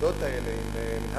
עם המוסדות האלה,